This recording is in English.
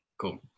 cool